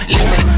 Listen